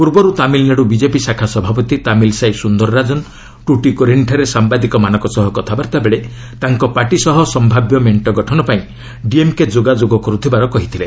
ପୂର୍ବରୁ ତାମିଲନାଡ଼ୁ ବିଜେପି ଶାଖା ସଭାପତି ତାମିଲ ସାଇ ସୁନ୍ଦରରାଜନ ଟୁଟିକୋରିନ୍ଠାରେ ସାମ୍ଭାଦିକମାନଙ୍କ ସହ କଥାବାର୍ତ୍ତା ବେଳେ ତାଙ୍କ ପାର୍ଟି ସହ ସମ୍ଭାବ୍ୟ ମେଣ୍ଟ ଗଠନ ପାଇଁ ଡିଏମ୍କେ ଯୋଗାଯୋଗ କରୁଥିବାର କହିଥିଲେ